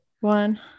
one